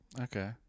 Okay